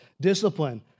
discipline